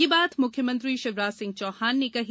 ये बात मुख्यमंत्री शिवराज सिंह चौहान ने कही